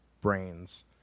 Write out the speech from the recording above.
brains